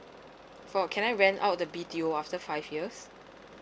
for can I rent out the B_T_O after five years